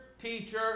teacher